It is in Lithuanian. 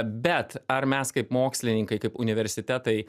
bet ar mes kaip mokslininkai kaip universitetai